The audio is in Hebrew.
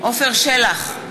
עפר שלח,